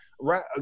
Right